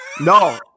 No